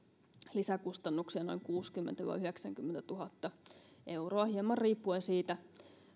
lisäkustannuksia noin kuusikymmentätuhatta viiva yhdeksänkymmentätuhatta euroa hieman riippuen siitä